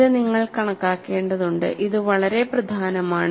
ഇത് നിങ്ങൾ കണക്കാക്കെണ്ടതുണ്ട് ഇത് വളരെ പ്രധാനമാണ്